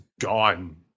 gone